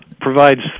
provides